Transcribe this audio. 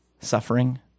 suffering